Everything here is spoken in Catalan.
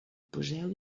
poseu